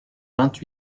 quatre